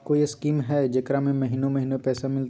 कोइ स्कीमा हय, जेकरा में महीने महीने पैसा मिलते?